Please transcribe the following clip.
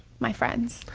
my friends.